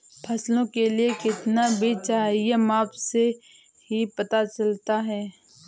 फसलों के लिए कितना बीज चाहिए माप से ही पता चलता है